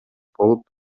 болуп